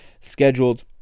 scheduled